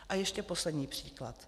A ještě poslední příklad.